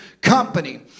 company